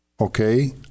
okay